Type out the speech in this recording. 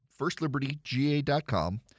FirstLibertyGA.com